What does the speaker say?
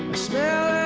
smell